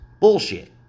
Bullshit